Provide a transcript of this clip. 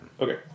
Okay